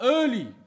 early